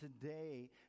today